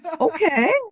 okay